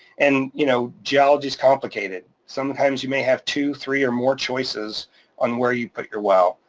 and you know, geology is complicated, some times you may have two, three or more choices on where you put your well.